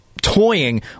toying